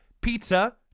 Pizza